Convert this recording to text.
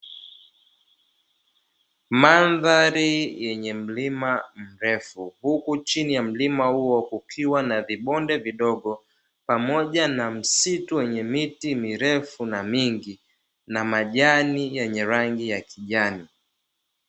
Mandhari yenye mlima mrefu huku chini ya mlima huo ukiwa na vibonde vidogo, pamoja na msitu wenye miti mirefu na mingi na majani yenye rangi ya kijani.